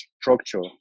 structure